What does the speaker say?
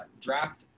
draft